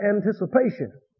anticipation